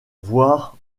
voir